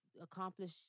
accomplish